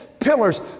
pillars